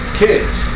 kids